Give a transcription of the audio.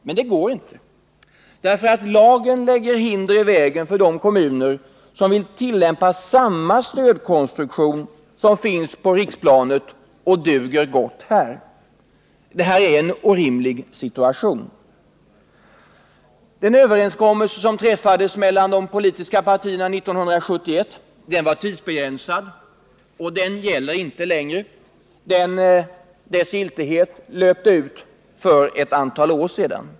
Men det går inte därför att lagen lägger hinder i vägen för de kommuner som vill tillämpa samma stödkonstruktion som finns på riksplanet och som duger gott där. Det är en orimlig situation. Den överenskommelse som träffades mellan de politiska partierna 1971 var tidsbegränsad och gäller inte längre. Dess giltighet löpte ut för ett antal år sedan.